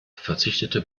verzichtete